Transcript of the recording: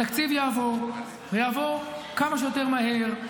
התקציב יעבור ויעבור כמה שיותר מהר.